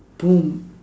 boom